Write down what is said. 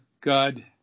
God